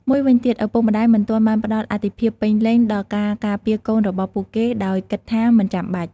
មួយវិញទៀត ឪពុកម្ដាយមិនទាន់បានផ្ដល់អាទិភាពពេញលេញដល់ការការពារកូនរបស់ពួកគេ ដោយគិតថាមិនចាំបាច់។